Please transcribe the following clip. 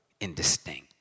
indistinct